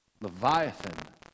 Leviathan